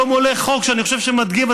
היום עולה חוק שאני חושב שמדגים,